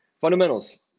Fundamentals